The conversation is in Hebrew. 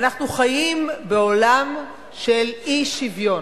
ואנחנו חיים בעולם של אי-שוויון.